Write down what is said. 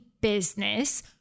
business